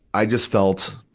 i just felt,